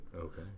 Okay